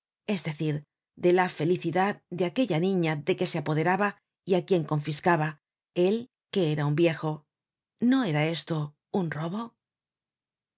es decir de la felicidad de aquella niña de que se apoderaba y á quien confiscaba él que era un viejo no era esto un robo